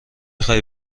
خواهی